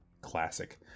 Classic